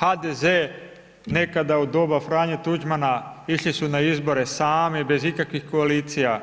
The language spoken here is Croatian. HDZ nekada u doba Franje Tuđmana išli su na izbore sami, bez ikakvih koalicija,